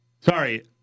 Sorry